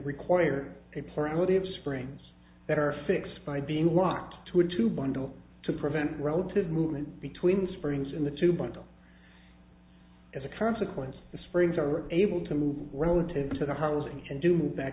of springs that are fixed by being locked to or to bundle to prevent relative movement between springs in the two bundle as a consequence the springs are able to move relative to the housing and to move back